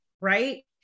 right